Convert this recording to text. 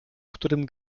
którym